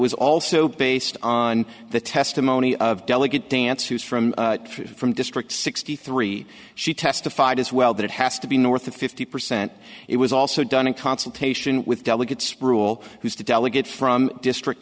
was also based on the testimony of delegate dance who is from three from district sixty three she testified as well that it has to be north of fifty percent it was also done in consultation with delegates rule who's to delegate from district